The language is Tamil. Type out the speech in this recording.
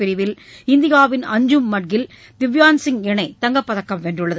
பிரிவில் இந்தியாவின் அஞ்சும் மட்கில் திவ்யான்சிங் இணை தங்கப்பதக்கம் வென்றுள்ளது